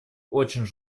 очень